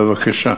בבקשה.